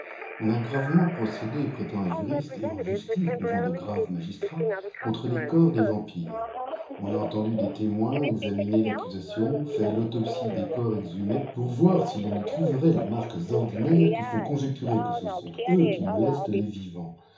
on a gravement procéder prétend un juriste et en jostioe devant de graves magistrats contre les corps des vampires on a entendu des témoins examiné l'accusation fait tautopsie des corps exhumés pour voir si l'on y trouverait les marques ordinaires qui font conjecturer que ce sont eux qui molestent les vivants